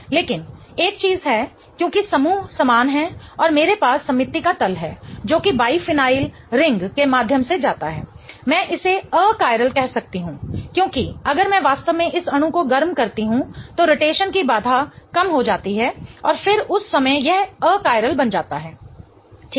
लेकिन एक चीज है क्योंकि समूह समान हैं और मेरे पास सममिति का तल है जो कि बाइफेनिल रिंग के माध्यम से जाता है मैं इसे अकायरल कह सकती हूं क्योंकि अगर मैं वास्तव में इस अणु को गर्म करती हूं तो रोटेशन की बाधा कम हो जाती है और फिर उस समय यह अकायरल बन जाता है ठीक है